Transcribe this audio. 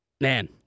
man